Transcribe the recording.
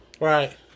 Right